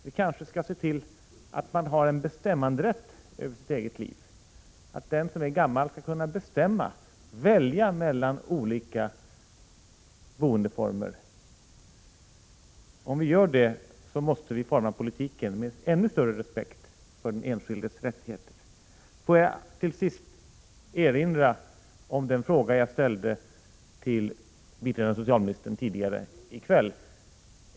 Vi kanske kan se till att man har en bestämmanderätt över sitt eget liv, att den som är gammal skall kunna bestämma, välja mellan olika boendeformer. Om vi gör det måste vi forma politiken med ännu större respekt för den enskildes rättigheter. Låt mig till sist erinra om den fråga jag ställde till biträdande socialministern tidigare i kväll.